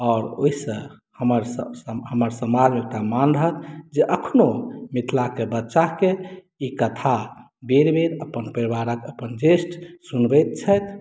आओर ओहिसँ हमर हमर समाजमे एकटा मान रहत जे एखनहु मिथिलाके बच्चाकेँ ई कथा बेर बेर अपन परिवारक अपन ज्येष्ठ सुनबैत छथि